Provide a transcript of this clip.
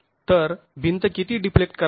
तर भिंत किती डिफ्लेक्ट करावी